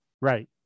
Right